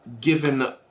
given